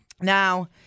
Now